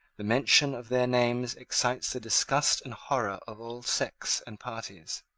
the mention of their names excites the disgust and horror of all sects and parties.